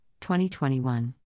2021